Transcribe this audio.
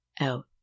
out